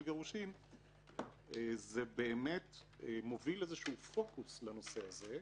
גירושין זה באמת מוביל לאיזשהו פוקוס בנושא הזה,